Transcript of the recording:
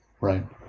Right